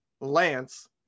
Lance